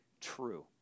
true